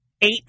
eight